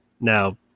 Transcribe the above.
now